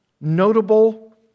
notable